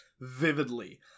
vividly